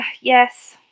Yes